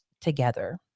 together